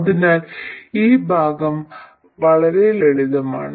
അതിനാൽ ഈ ഭാഗം വളരെ ലളിതമാണ്